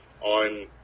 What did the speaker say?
on